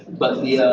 but the